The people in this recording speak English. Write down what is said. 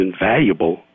invaluable